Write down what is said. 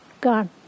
Gone